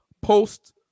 post